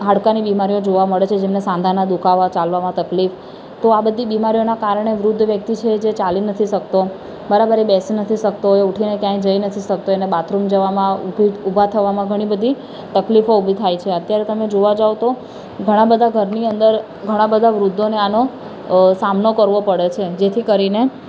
હાડકાની બીમારીઓ જોવા મળે છે જેમને સાંધાના દુઃખાવા ચાલવામાં તકલીફ તો આ બધી બીમારીઓના કારણે વૃદ્ધ વ્યક્તિ છે જે ચાલી નથી શકતો બરાબર એ બેસી નથી શકતો એ ઉઠીને ક્યાંય જઈ નથી શકતો એને બાથરૂમ જવામાં ઉભું ઉભા થવામાં ઘણી બધી તકલીફો ઉભી થાય છે અત્યારે તમે જોવા જાવ તો ઘણાં બધા ઘરની અંદર ઘણા બધા વૃદ્ધોને આનો સામનો કરવો પડે છે જેથી કરીને